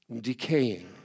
decaying